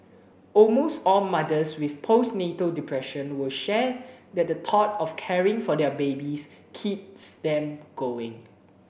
almost all mothers with postnatal depression will share that the thought of caring for their babies keeps them going